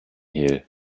hehl